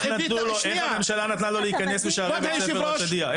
איך הממשלה נתנה לו להיכנס בשערי בית ספר רשידיה?